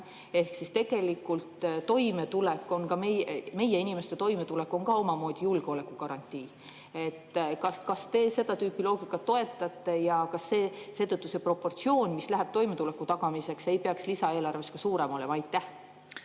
vähem. Tegelikult on meie inimeste toimetulek ka omamoodi julgeolekugarantii. Kas te seda tüüpi loogikat toetate ja kas seetõttu see proportsioon, mis läheb toimetuleku tagamiseks, ei peaks lisaeelarves suurem olema? Aitäh,